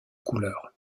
couleur